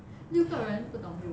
六个人不懂可不可以